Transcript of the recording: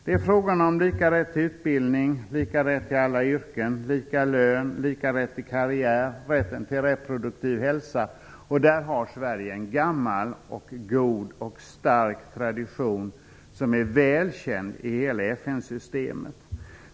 Det är fråga om lika rätt till utbildning, lika rätt till alla yrken, lika lön, lika rätt till karriär och rätten till reproduktiv hälsa. Där har Sverige en gammal, god och stark tradition som är välkänd i hela FN-systemet.